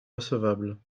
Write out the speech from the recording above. recevable